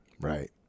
Right